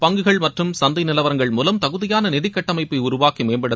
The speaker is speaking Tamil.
பங்குகள் மற்றும் சந்தை நிலவரங்கள் மூலம் தகுதியான நிதிக்கட்டமைப்பை உருவாக்கி மேம்படுத்த